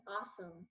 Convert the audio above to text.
awesome